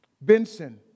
Benson